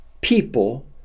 people